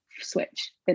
switch